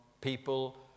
people